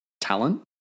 talent